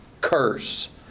Curse